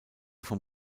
vom